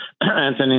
Anthony